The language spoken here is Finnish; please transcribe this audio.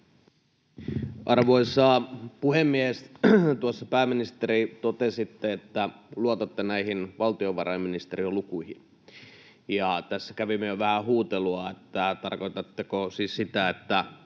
Arvoisa puhemies! Tuossa totesitte, pääministeri, että luotatte näihin valtiovarainministeriön lukuihin. Tässä kävimme jo vähän huutelua, että tarkoitatteko siis sitä, että